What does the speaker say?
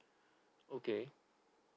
okay